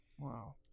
Wow